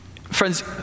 Friends